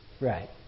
Right